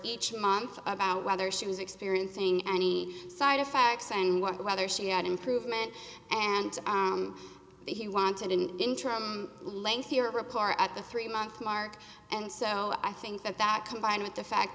each month about whether she was experiencing any side effects and what whether she had improvement and he wanted an interim lengthier reporter at the three month mark and so i think that that combined with the fact